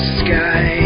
sky